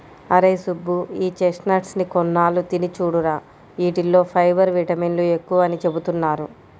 అరేయ్ సుబ్బు, ఈ చెస్ట్నట్స్ ని కొన్నాళ్ళు తిని చూడురా, యీటిల్లో ఫైబర్, విటమిన్లు ఎక్కువని చెబుతున్నారు